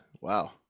wow